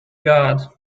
god